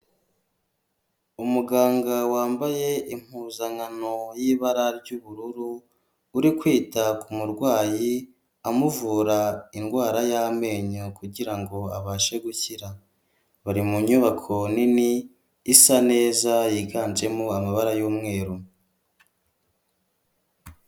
Umuganga wambaye impuzankano y'ibara ry'ubururu, uri kwita ku murwayi amuvura indwara y'amenyo kugirango abashe gukira, bari mu nyubako nini isa neza yiganjemo amabara y'umweru.